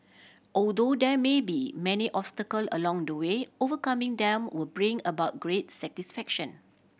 although there may be many obstacle along the way overcoming them will bring about great satisfaction